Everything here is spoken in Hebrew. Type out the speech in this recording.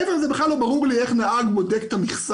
מעבר לזה בכלל לא ברור לי איך נהג בודק את המכסה,